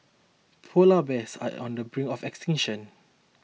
Polar Bears are on the brink of extinction